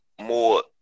more